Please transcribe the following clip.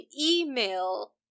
email